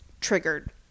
triggered